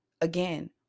again